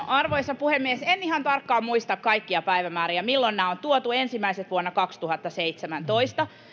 arvoisa puhemies en ihan tarkkaan muista kaikkia päivämääriä milloin nämä on tuotu ensimmäiset vuonna kaksituhattaseitsemäntoista